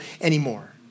anymore